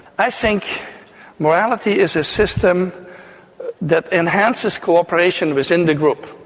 i think morality is a system that enhances cooperation within the group.